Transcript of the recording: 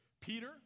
Peter